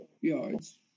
yards